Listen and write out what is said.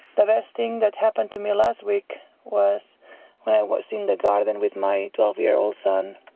the best thing that's happened to me last week was when i was in the garden with my twelve year old son.